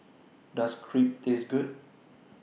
Does Crepe Taste Good